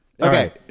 okay